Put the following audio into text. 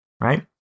right